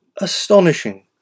astonishing